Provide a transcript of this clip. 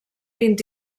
vint